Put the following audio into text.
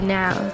now